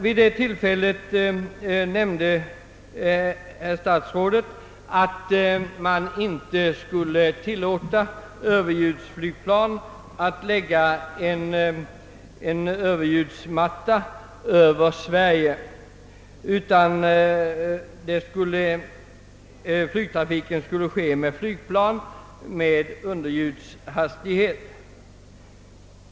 Vid detta tillfälle nämnde herr statsrådet att mean inte skulle tillåta överljudsflygplan att lägga en bullermatta över Sverige, utan flygtrafiken skulle begränsas till plan med underljudshastighet.